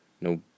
no